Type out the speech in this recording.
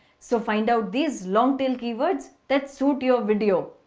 so, find out these long tail keywords that suit your video,